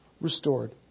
restored